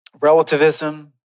relativism